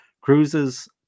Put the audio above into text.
cruises